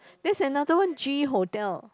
that's another one G hotel